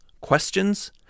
questions